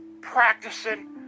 practicing